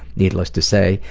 needless to say,